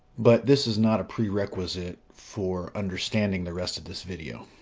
but this is not a prerequisite for understanding the rest of this video.